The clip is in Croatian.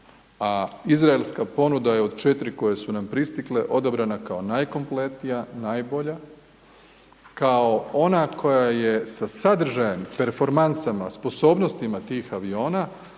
a izraelska ponuda je od 4 koje su nam pristigle odabrana kao najkompletnija, najbolja, kao ona koja je sa sadržajem, performansama, sposobnostima tih aviona,